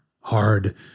hard